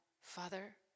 Father